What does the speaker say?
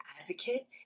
advocate